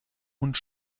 und